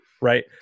right